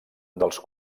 dels